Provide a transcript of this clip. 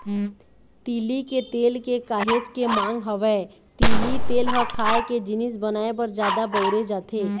तिली के तेल के काहेच के मांग हवय, तिली तेल ह खाए के जिनिस बनाए बर जादा बउरे जाथे